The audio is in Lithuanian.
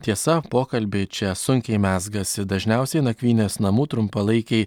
tiesa pokalbiai čia sunkiai mezgasi dažniausiai nakvynės namų trumpalaikiai